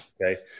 Okay